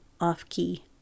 off-key